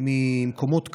מאריתריאה וממקומות כאלה,